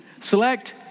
Select